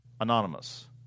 anonymous